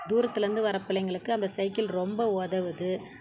தூரத்திலேருந்து வர பிள்ளைங்களுக்கு அந்த சைக்கிள் ரொம்ப உதவுது